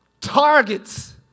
Targets